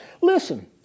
listen